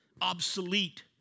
obsolete